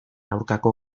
aurkako